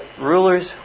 rulers